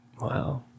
Wow